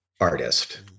artist